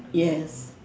yes